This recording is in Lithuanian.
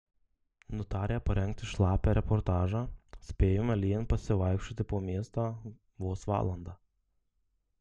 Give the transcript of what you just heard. nutarę parengti šlapią reportažą spėjome lyjant pasivaikščioti po miestą vos valandą